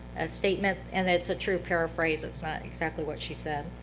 a statement and it's a true paraphrase, it's not exactly what she said.